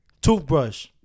toothbrush